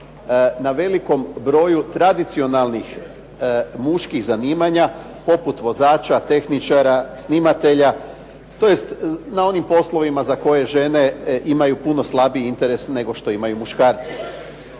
na velikom broju tradicionalnih muških zanimanja, poput vozača, tehničara, snimatelja, tj. na onim poslovima za koje žene imaju puno slabiji interes nego što imaju muškarci.